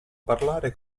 parlare